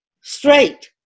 straight